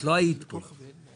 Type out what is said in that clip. את לא היית כאן,